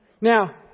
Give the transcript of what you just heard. Now